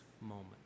moment